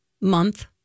month